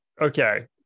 okay